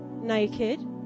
naked